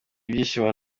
ibishyimbo